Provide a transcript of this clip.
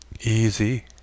easy